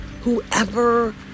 whoever